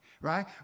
right